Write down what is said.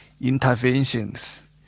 interventions